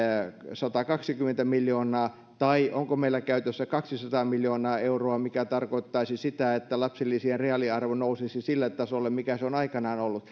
satakaksikymmentä miljoonaa vai onko meillä käytössä kaksisataa miljoonaa euroa mikä tarkoittaisi sitä että lapsilisien reaaliarvo nousisi sille tasolle mikä se on aikanaan ollut